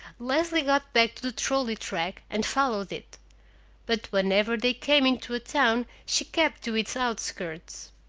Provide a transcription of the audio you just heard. leslie got back to the trolley track, and followed it but whenever they came into a town she kept to its outskirts.